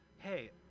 hey